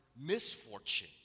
misfortune